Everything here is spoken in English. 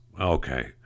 Okay